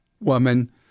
woman